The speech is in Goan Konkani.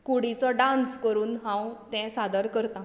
कुडीचो डान्स करून हांव तें सादर करता